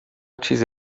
چیز